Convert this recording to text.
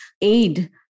aid